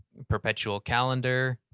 perpetual calendar,